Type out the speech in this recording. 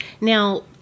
Now